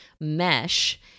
mesh